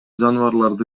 жаныбарларды